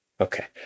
Okay